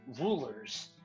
rulers